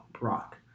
rock